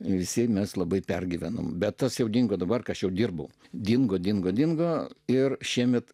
visiems mes labai pergyvenom bet tas jau dingo dabar kai aš jau dirbu dingo dingo dingo ir šiemet